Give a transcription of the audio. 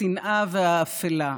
השנאה והאפלה,